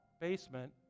basement